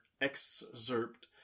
excerpt